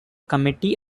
committee